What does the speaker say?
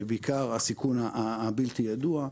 בעיקר הסיכון הבלתי ידוע.